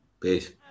Peace